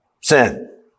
sin